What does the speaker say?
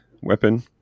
weapon